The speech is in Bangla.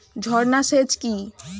ঝর্না সেচ কি?